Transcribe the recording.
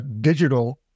digital